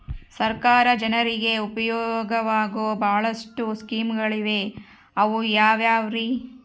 ಸರ್ಕಾರ ಜನರಿಗೆ ಉಪಯೋಗವಾಗೋ ಬಹಳಷ್ಟು ಸ್ಕೇಮುಗಳಿವೆ ಅವು ಯಾವ್ಯಾವ್ರಿ?